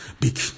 big